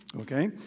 okay